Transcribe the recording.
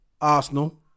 Arsenal